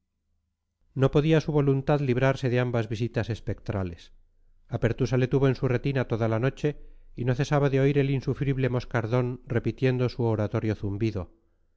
no podía su voluntad librarse de ambas visitas espectrales a pertusa le tuvo en su retina toda la noche y no cesaba de oír el insufrible moscardón repitiendo su oratorio zumbido